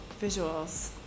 visuals